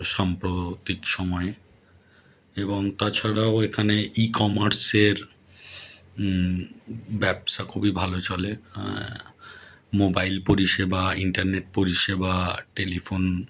সম্প্রতিক সময়ে এবং তাছাড়াও এখানে ই কমার্সের ব্যবসা খুবই ভালো চলে মোবাইল পরিষেবা ইন্টারনেট পরিষেবা টেলিফোন